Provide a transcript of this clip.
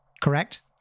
correct